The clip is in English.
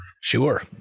Sure